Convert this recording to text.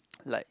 like